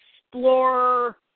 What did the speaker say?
explore